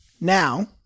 Now –